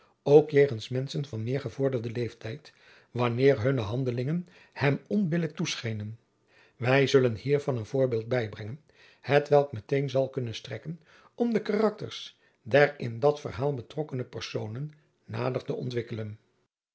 ook jegens menschen van meer gevorderden leeftijd wanneer hunne handelingen hem onbillijk toeschenen wij zullen hiervan een voorbeeld bijbrengen hetwelk meteen zal kunnen strekken om jacob van lennep de pleegzoon de karakters der in dat verhaal betrokkene personen nader te ontwikkelen